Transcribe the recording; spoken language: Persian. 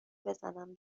بزنم